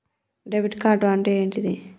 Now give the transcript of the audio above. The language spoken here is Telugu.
డెబిట్ కార్డ్ అంటే ఏంటిది?